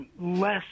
Less